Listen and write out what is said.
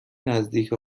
نزدیک